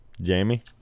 jamie